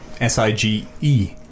S-I-G-E